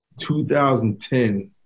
2010